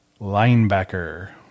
linebacker